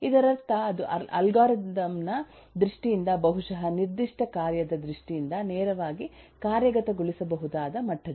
ಇದರರ್ಥ ಅದು ಅಲ್ಗಾರಿದಮ್ ನ ದೃಷ್ಟಿಯಿಂದ ಬಹುಶಃ ನಿರ್ದಿಷ್ಟ ಕಾರ್ಯದ ದೃಷ್ಟಿಯಿಂದ ನೇರವಾಗಿ ಕಾರ್ಯಗತಗೊಳಿಸಬಹುದಾದ ಮಟ್ಟದಲ್ಲಿದೆ